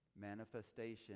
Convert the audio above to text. Manifestation